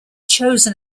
chosen